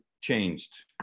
changed